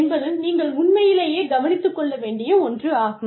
என்பது நீங்கள் உண்மையிலேயே கவனித்துக் கொள்ள வேண்டிய ஒன்று ஆகும்